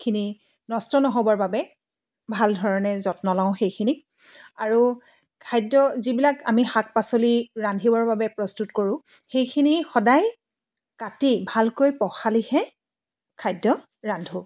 খিনি নষ্ট নহ'বৰ বাবে ভাল ধৰণে যত্ন লওঁ সেইখিনিক আৰু খাদ্য যিবিলাক আমি শাক পাচলি ৰান্ধিবৰ বাবে প্ৰস্তুত কৰোঁ সেইখিনি সদায় কাটি ভালকৈ পখালিহে খাদ্য ৰান্ধো